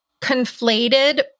conflated